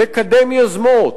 לקדם יוזמות.